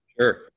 Sure